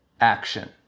action